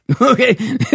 Okay